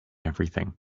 everything